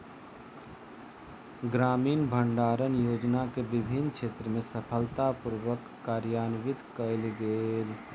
ग्रामीण भण्डारण योजना के विभिन्न क्षेत्र में सफलता पूर्वक कार्यान्वित कयल गेल